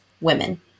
women